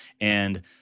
and-